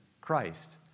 Christ